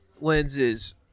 lenses